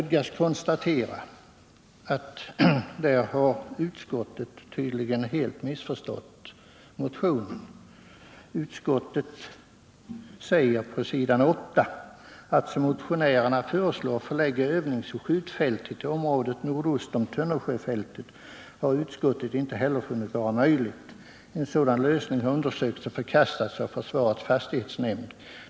Där har utskottet tydligen helt missförstått motionen. Utskottet anför nämligen på s. 8 i betänkandet: ”Att som motionärerna föreslår förlägga övningsoch skjutfältet till området nordost om Tönnersjöfältet har utskottet inte heller funnit vara möjligt. En sådan lösning har undersökts och förkastats av försvarets fastighetsnämnd.